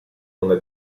una